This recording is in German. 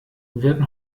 werden